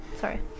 Sorry